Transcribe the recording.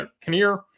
Kinnear